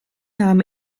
nahm